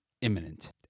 imminent